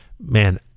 Man